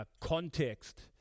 context